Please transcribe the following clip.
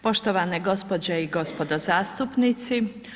poštovane gospođe i gospodo zastupnici.